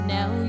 Now